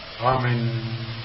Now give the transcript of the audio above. amen